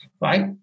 Right